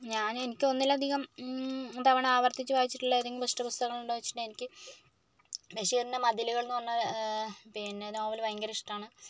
ഞാൻ എനിക്ക് ഒന്നിലധികം തവണ ആവർത്തിച്ചു വായിച്ചിട്ടുള്ള ഏതെങ്കിലും ബെസ്റ്റ് പുസ്തകം ഉണ്ടോന്ന് ചോദിച്ചിട്ടുണ്ടെങ്കിൽ എനിക്ക് ബഷീറിൻ്റെ മതിലുകൾ എന്ന് പറഞ്ഞ പിന്നെ നോവൽ ഭയങ്കര ഇഷ്ടമാണ്